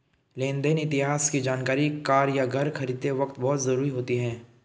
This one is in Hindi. लेन देन इतिहास की जानकरी कार या घर खरीदते वक़्त बहुत जरुरी होती है